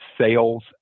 sales